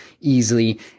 easily